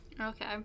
Okay